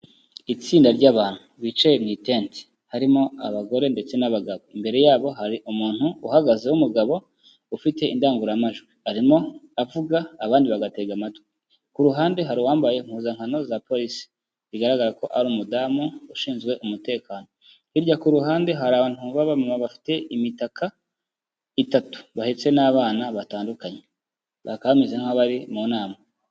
Itsinda ry'abantu bicaye mu itente harimo abagore ndetse n'abagabo, imbere yabo hari umuntu uhagaze w'umugabo ufite indangururamajwi, arimo avuga abandi bagatega amatwi, ku ruhande hari uwambaye impuzankano za polisi bigaragara ko ari umudamu ushinzwe umutekano, hirya ku ruhande hari abantu b'abamama bafite imitaka itatu bahetse n'abana batandukanye bakaba bameze nk'aho bari mu nama.